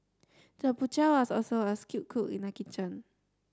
the butcher was also a skilled cook in the kitchen